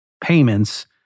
payments